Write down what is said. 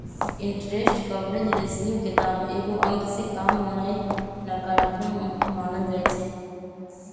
interest coverage ratio के दाम एगो अंक से काम होनाइ नकारात्मक मानल जाइ छइ